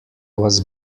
was